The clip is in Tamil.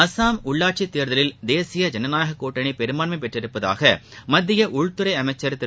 அசாம் உள்ளாட்சித் தேர்தலில் தேசிய ஜனநாயக கூட்டணி பெரும்பான்மை பெற்றுள்ளதாக மத்திய உள்துறை அமைச்ச் திரு